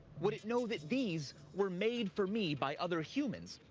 would it know that these were made for me by other humans,